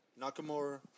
Nakamura